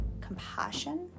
compassion